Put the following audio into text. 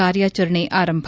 ಕಾರ್ಯಾಚರಣೆ ಆರಂಭ